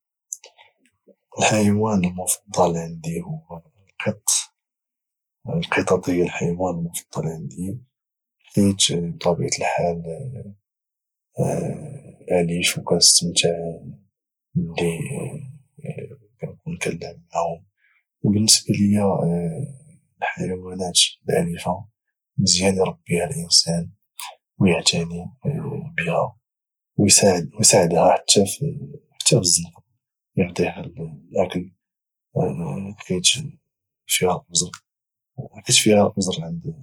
الحيوان المفضل عندي هو القط القطط هي الحيوان المفضل عندي حيت بطبيعه الحال الاليفه وكانستمتع ملي كاتكون كاتلعب معهم وبالنسبة ليا الحيوانات الاليفة مزيان اربيها الانسان ويعتني بها ويساعدها حتو في الزنقة يعطيها الاكل حيت فيها الاجر عند الله